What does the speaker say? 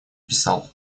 писал